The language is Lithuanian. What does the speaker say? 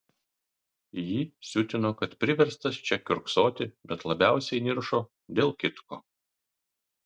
jį siutino kad priverstas čia kiurksoti bet labiausiai niršo dėl kitko